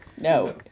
No